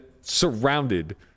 surrounded